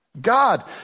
God